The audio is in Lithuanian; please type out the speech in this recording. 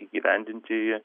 įgyvendinti jį